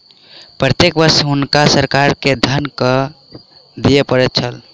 प्रत्येक वर्ष हुनका सरकार के धन कर दिअ पड़ैत छल